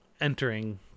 entering